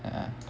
ya